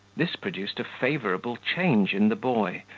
this produced a favourable change in the boy,